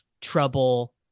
trouble